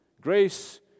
grace